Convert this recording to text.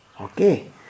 Okay